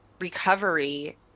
recovery